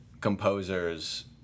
composers